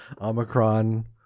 Omicron